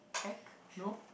check no